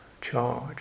charge